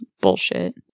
Bullshit